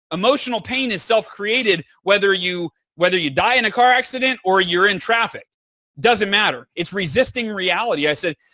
emotional pain is self-created whether you whether you die in a car accident or you're in traffic. it doesn't matter. it's resisting reality. i said,